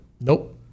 Nope